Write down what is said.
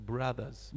Brothers